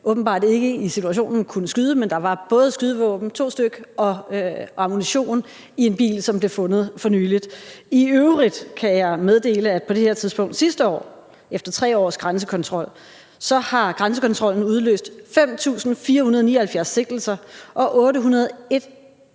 åbenbart ikke i situationen kunne skyde, men der var både skydevåben – 2 stykker – og ammunition i en bil, som blev fundet for nylig. I øvrigt kan jeg meddele, at på det her tidspunkt sidste år har grænsekontrollen efter 3 års grænsekontrol udløst 5.479 sigtelser, og at